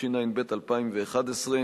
התשע"ב 2011,